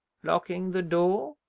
locking the door?